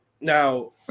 Now